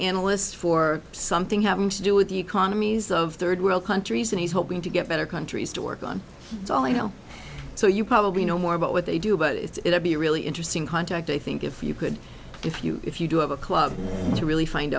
analyst for something having to do with the economies of third world countries and he's hoping to get better countries to work on all email so you probably know more about what they do but it's really interesting contact i think if you could if you if you do have a club to really find